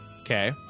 okay